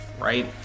right